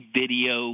video